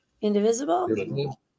indivisible